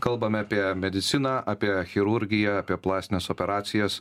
kalbame apie mediciną apie chirurgiją apie plastines operacijas